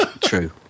True